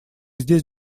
здесь